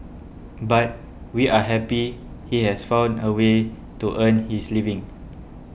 but we are happy he has found a way to earn his living